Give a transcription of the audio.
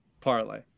parlay